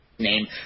Name